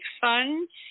funds